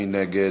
מי נגד?